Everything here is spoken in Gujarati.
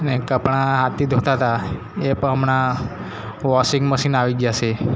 ને કપડાં હાથથી ધોતા હતા એ પણ હમણાં વોશિંગ મશીન આવી ગયાં છે